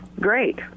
great